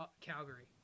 Calgary